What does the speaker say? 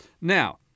Now